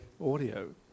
audio